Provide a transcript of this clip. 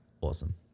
Awesome